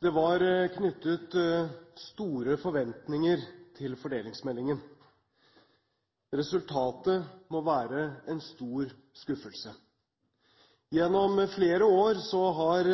Det var knyttet store forventninger til fordelingsmeldingen. Resultatet må være en stor skuffelse. Gjennom flere år har